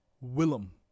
willem